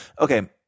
okay